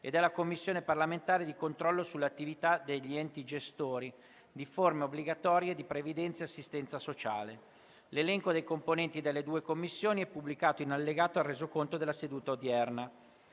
e della Commissione parlamentare di controllo sulle attività degli enti gestori di forme obbligatorie di previdenza e assistenza sociale. L'elenco dei componenti delle due Commissioni è pubblicato in allegato al Resoconto della seduta odierna.